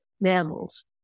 mammals